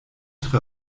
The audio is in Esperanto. tre